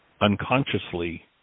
unconsciously